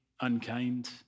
unkind